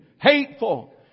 hateful